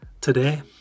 today